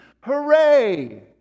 Hooray